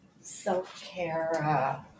self-care